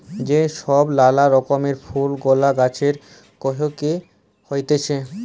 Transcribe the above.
যে ছব লালা রকমের ফুল গুলা গাহাছে ক্যইরে হ্যইতেছে